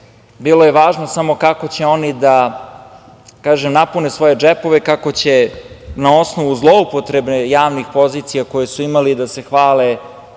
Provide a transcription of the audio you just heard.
bilo je važno samo kako će oni da napune svoje džepove, kako će na osnovu zloupotrebe javnih pozicija koje su imali da se hvale